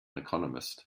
economist